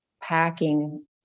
packing